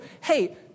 hey